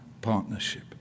partnership